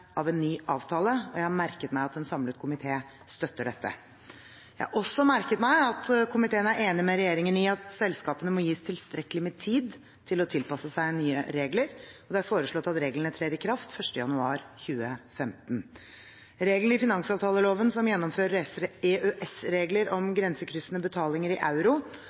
av en ny avtale. Jeg har merket meg at en samlet komité støtter dette. Jeg har også merket meg at komiteen er enig med regjeringen i at selskapene må gis tilstrekkelig med tid til å tilpasse seg nye regler, og det er foreslått at reglene trer i kraft 1. januar 2015. Reglene i finansavtaleloven som gjennomfører EØS-regler om grensekryssende betalinger i euro